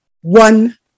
one